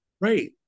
right